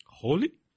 Holy